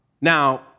Now